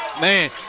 Man